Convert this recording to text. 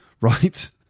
Right